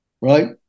right